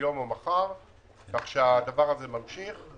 כך שהדבר הזה ממשיך.